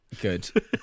Good